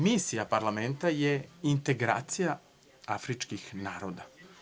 Misija parlamenta je integracija afričkih naroda.